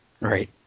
Right